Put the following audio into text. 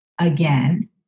again